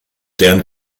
deren